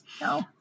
no